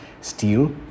steel